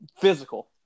physical